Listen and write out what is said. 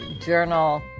journal